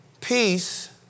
Peace